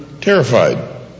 terrified